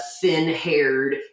thin-haired